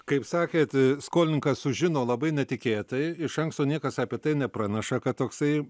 kaip sakėt skolininkas sužino labai netikėtai iš anksto niekas apie tai nepraneša kad toksai